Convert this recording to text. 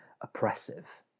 oppressive